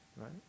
Right